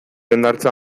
hondartza